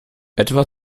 etwa